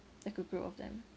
like a group of them